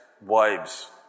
wives